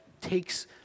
takes